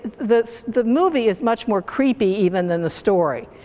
the the movie is much more creepy even than the story.